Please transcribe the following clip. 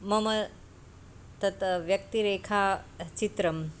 मम तत् व्यक्तिरेखाचित्रम्